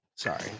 sorry